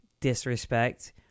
disrespect